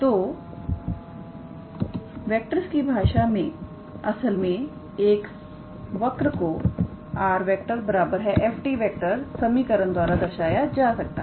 तो वेक्टर्स की भाषा में असल में एक वर्क को 𝑟⃗𝑓⃗ समीकरण द्वारा दर्शाया जा सकता है